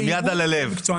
עם יד על הלב,